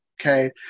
Okay